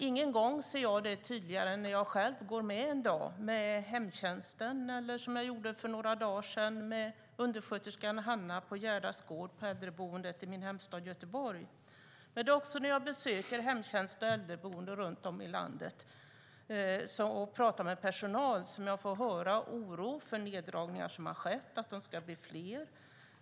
Ingen gång ser jag det tydligare än när jag själv en dag går med hemtjänsten eller, som jag gjorde för några dagar sedan, med undersköterskan Hanna på äldreboendet Gerdas gård i min hemstad Göteborg. Men det är också när jag besöker hemtjänst och äldreboenden runt om i landet och pratar med personal som jag får höra oron för de neddragningar som har skett och för att de ska bli fler.